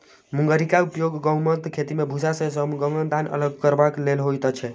मुंगरीक उपयोग गहुमक खेती मे भूसा सॅ गहुमक दाना अलग करबाक लेल होइत छै